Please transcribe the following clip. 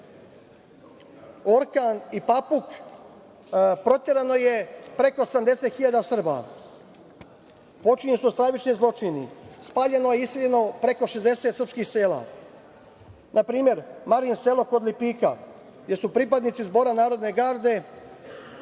„Orkan“ i „Papuk“ proterano je preko 80 hiljada Srba. Počinjeni su stravični zločini. Spaljeno je i iseljeno preko 60 srpskih sela. Na primer, Marino selo kod Lipika, gde su pripadnici Zbora narodne garde